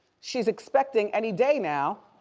she's expecting any day now,